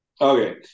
Okay